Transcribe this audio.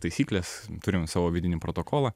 taisykles turime savo vidinį protokolą